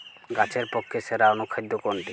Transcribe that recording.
গাছের পক্ষে সেরা অনুখাদ্য কোনটি?